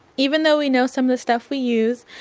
even though we know some of the stuff we use,